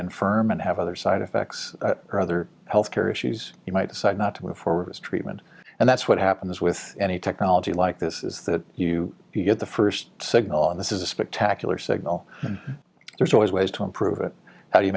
infirm and have other side effects or other health care issues you might decide not to before treatment and that's what happens with any technology like this is that you get the first signal on this is a spectacular signal and there's always ways to improve it how do you